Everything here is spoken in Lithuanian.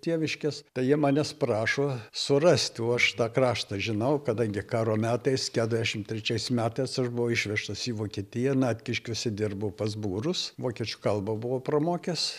tėviškės tai jie manęs prašo surasti o aš tą kraštą žinau kadangi karo metais keturiasdešim trečiais metais aš buvau išvežtas į vokietiją natkiškiuose dirbau pas būrus vokiečių kalbą buvau pramokęs